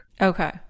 okay